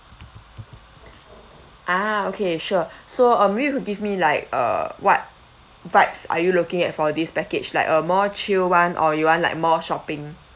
ah okay sure so um maybe you could give me like uh what vibes are you looking at for this package like a more chill one or you want like more shopping